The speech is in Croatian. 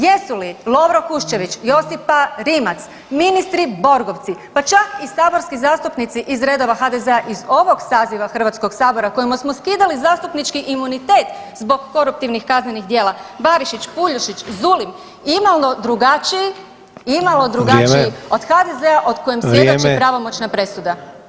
Jesu li Lovro Kuščević, Josipa Rimac, ministri Borgovci, pa čak i saborski zastupnici iz redova HDZ-a iz ovog saziva Hrvatskog sabora kojima smo skidali zastupnički imunitet zbog koruptivnih kaznenih djela, Barišić, Puljušić, Zulim imalo drugačiji, imalo drugačiji [[Upadica: Vrijeme.]] od HDZ-a o kojem svjedoči pravomoćna presuda.